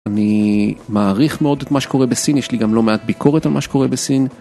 אני מעריך מאוד את מה שקורה בסין, יש לי גם לא מעט ביקורת על מה שקורה בסין.